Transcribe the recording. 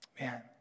Man